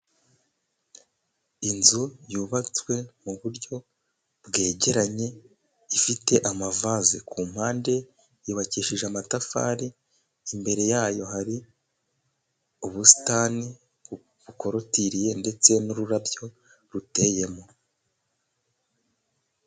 Inzu yubatswe mu buryo bwegeranye, ifite amavase kumpande, yubakishije amatafari, imbere yayo hari ubusitani bukorutiririye ndetse n'ururabyo ruteyemo.